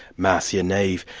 marcia neave,